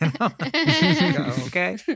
Okay